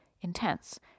intense